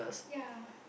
ya